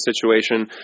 situation